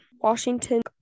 Washington